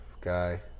guy